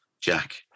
Jack